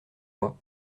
moi